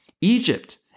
Egypt